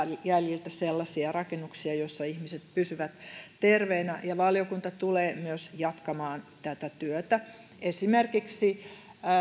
jäljiltä sellaisia rakennuksia joissa ihmiset pysyvät terveinä ja valiokunta tulee myös jatkamaan tätä työtä esimerkiksi